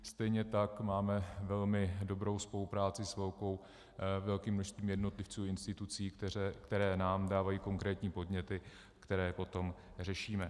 Stejně tak máme velmi dobrou spolupráci s velkým množstvím jednotlivců a institucí, které nám dávají konkrétní podněty, které potom řešíme.